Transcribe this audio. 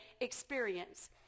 experience